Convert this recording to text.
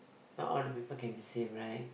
not all the people can be same right